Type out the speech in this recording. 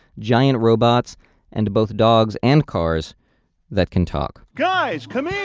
giant robots and both dogs and cars that can talk guys come here!